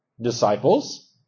Disciples